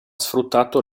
sfruttato